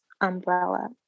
umbrella